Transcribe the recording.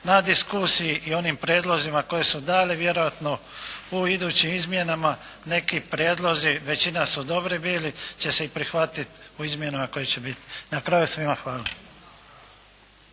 na diskusiji i onim prijedlozima koji su dali, vjerojatno u idućim izmjenama. Neki prijedlozi većina su dobri bili, će se i prihvatit u izmjenama koje će biti. Na kraju, svima hvala.